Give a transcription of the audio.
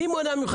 מי מונע ממך,